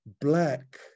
Black